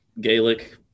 Gaelic